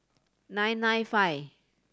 nine nine five